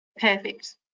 Perfect